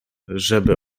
żeby